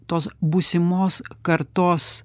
tos būsimos kartos